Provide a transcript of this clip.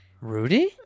Rudy